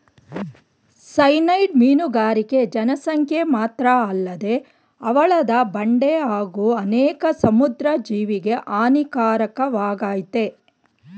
cyanide ಮೀನುಗಾರಿಕೆ ಜನಸಂಖ್ಯೆ ಮಾತ್ರಅಲ್ಲದೆ ಹವಳದ ಬಂಡೆ ಹಾಗೂ ಅನೇಕ ಸಮುದ್ರ ಜೀವಿಗೆ ಹಾನಿಕಾರಕವಾಗಯ್ತೆ